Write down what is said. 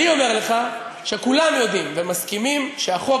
אני אומר לך שכולם יודעים ומסכימים שהחוק